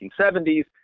1970s